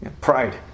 Pride